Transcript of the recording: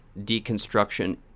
deconstruction